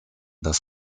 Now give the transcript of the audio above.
das